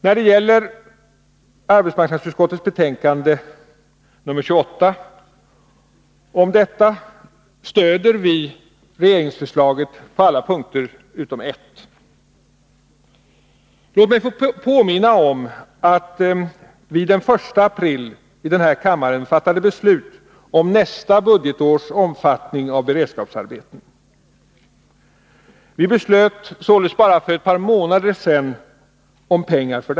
Vad beträffar arbetsmarknadsutskottets betänkande 28 vill jag säga att vi moderater stöder regeringsförslaget på alla punkter utom en. Låt mig få påminna om att vi den 1 april fattade beslut om omfattningen av beredskapsarbetena under nästa budgetår. Vi fattade alltså beslut om anslagen till dessa bara för ett par månader sedan.